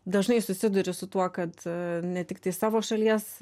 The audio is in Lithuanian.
dažnai susiduri su tuo kad ne tiktai savo šalies